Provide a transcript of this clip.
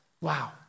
Wow